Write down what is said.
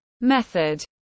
method